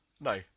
No